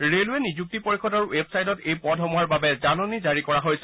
railway নিযুক্তি পৰিযদৰ ৱেবচাইটত এই পদসমূহৰ বাবে জাননী জাৰি কৰা হৈছে